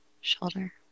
shoulder